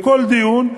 בכל דיון,